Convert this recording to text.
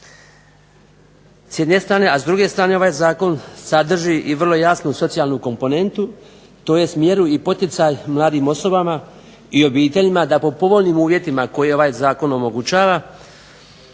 s jedne strane. A s druge strane ovaj zakon sadrži i vrlo jasnu socijalnu komponentu tj. mjeru i poticaj mladim osobama i obiteljima da po povoljnim uvjetima koje ovaj zakon omogućava